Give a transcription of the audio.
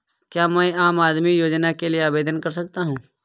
क्या मैं आम आदमी योजना के लिए आवेदन कर सकता हूँ?